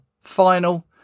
final